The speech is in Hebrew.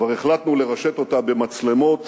כבר החלטנו לרשת אותה במצלמות